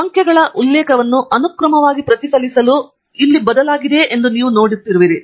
ಮತ್ತು ಸಂಖ್ಯೆಗಳ ಉಲ್ಲೇಖವನ್ನು ಅನುಕ್ರಮವಾಗಿ ಪ್ರತಿಫಲಿಸಲು ಇಲ್ಲಿ ಬದಲಾಗಿದೆ ಎಂದು ನೀವು ನೋಡುತ್ತೀರಿ